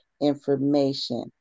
information